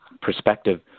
perspective